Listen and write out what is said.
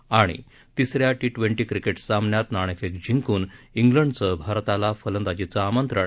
आणि तिसऱ्या T twenty cricket सामन्यात नाणेफेक जिंकून सिंडचं भारताला फलंदाजीचं आमंत्रण